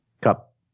Cup